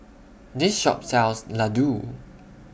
This Shop sells Ladoo